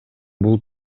бул